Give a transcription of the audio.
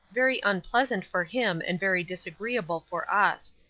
very unpleasant for him and very disagreeable for us.